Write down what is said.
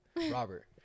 robert